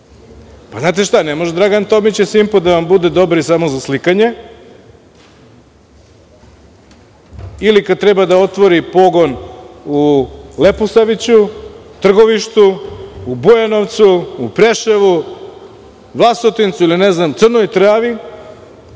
Znate šta, ne može Dragan Tomić i „Simpo“ da vam budu dobri samo za slikanje, ili kada treba da otvori pogon u Leposaviću, Trgovištu, u Bujanovcu, u Preševu, Vlasotincu, Crnoj Travi,